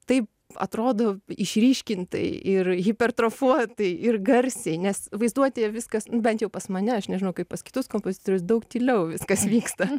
tai atrodo išryškintai ir hipertrofuotai ir garsiai nes vaizduotėje viskas bent jau pas mane aš nežinau kaip pas kitus kompozitorius daug tyliau viskas vyksta